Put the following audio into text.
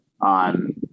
on